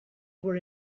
were